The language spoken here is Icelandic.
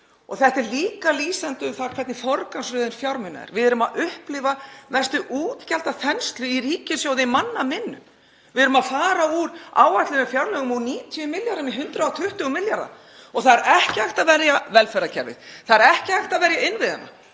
Þetta er líka lýsandi um það hvernig forgangsröðun fjármuna er. Við erum að upplifa mestu útgjaldaþenslu í ríkissjóði í manna minnum. Við erum að fara úr áætluðum fjárlögum úr 90 milljörðum í 120 milljarða. Það er ekki hægt að verja velferðarkerfið. Það er ekki hægt að verja innviðina